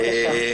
להוסיף או